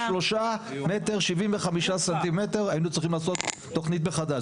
3.75 מטר היינו צריכים לעשות תוכנית מחדש,